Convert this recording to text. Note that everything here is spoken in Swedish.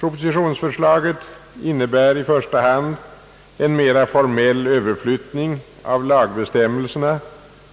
Propositionsförslaget innebär i första hand en mera formell överflyttning av lagbestämmelserna